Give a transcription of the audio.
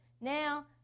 now